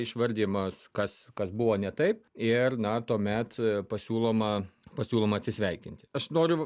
išvardijimas kas kas buvo ne taip ir na tuomet pasiūloma pasiūloma atsisveikinti aš noriu